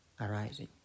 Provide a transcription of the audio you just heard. arising